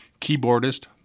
Keyboardist